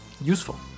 useful